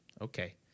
Okay